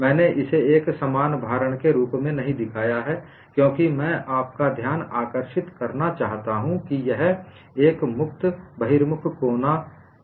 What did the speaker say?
मैंने इसे एक समान भारण के रूप में नहीं दिखाया है क्योंकि मैं आपका ध्यान आकर्षित करना चाहता हूं कि यह एक मुक्त बहिर्मुख कोना है